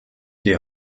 die